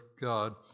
God